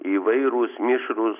įvairūs mišrūs